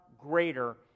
greater